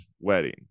wedding